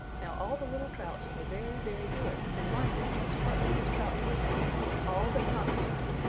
now all the little trouts were very, very good and minded just what mrs. trout told them all but tommy trout,